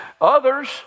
Others